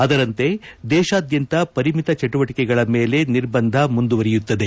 ಅದರಂತೆ ದೇಶಾದ್ಯಂತ ಪರಿಮಿತ ಚಟುವಟಿಕೆಗಳ ಮೇಲೆ ನಿರ್ಬಂಧ ಮುಂದುವರೆಯುತ್ತದೆ